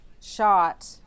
shot